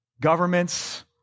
governments